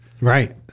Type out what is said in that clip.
Right